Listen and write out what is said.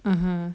mmhmm